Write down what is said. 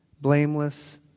blameless